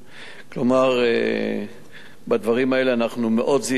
כלומר בדברים האלה אנחנו מאוד זהירים,